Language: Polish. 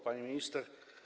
Pani Minister!